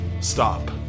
Stop